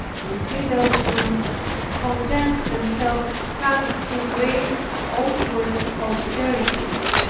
we see those who content themselves practicing great outward austerities,